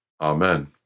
Amen